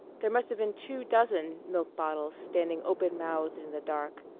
there must have been two dozen milk bottles standing open-mouthed in the dark.